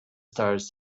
stars